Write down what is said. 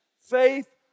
faith